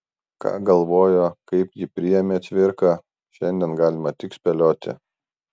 ką galvojo kaip jį priėmė cvirka šiandien galima tik spėlioti